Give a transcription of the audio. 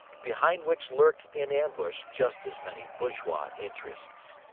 behind which lurk in ambush just as many bourgeois interests.